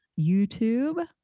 YouTube